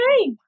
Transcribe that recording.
okay